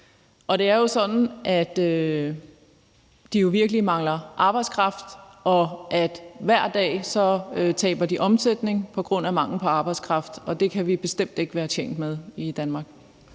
og det er jo sådan, at de virkelig mangler arbejdskraft, og at de hver dag taber omsætning på grund af manglende arbejdskraft, og det kan vi bestemt ikke være tjent med i Danmark.